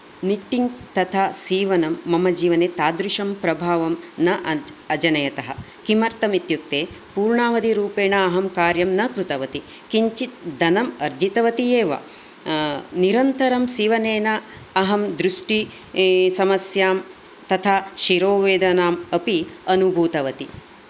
knitting तथा सीवनं मम जीवने तादृशं प्रभावं न अजनयतः किमर्थमित्युक्ते पूर्णावधिरूपेण अहं कार्यं न कृतवती किञ्चित् धनम् अर्जितवती एव निरन्तरं सीवनेन अहं दृष्टि समस्यां तथा शोरोवेदनाम् अपि अनुभूतवती